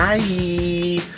hi